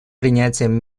принятием